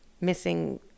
missing